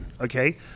Okay